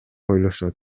ойлошот